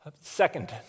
Second